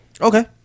Okay